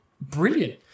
brilliant